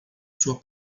sua